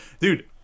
Dude